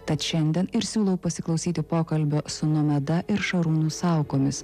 tad šiandien ir siūlau pasiklausyti pokalbio su nomeda ir šarūnu saukomis